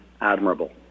admirable